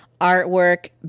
artwork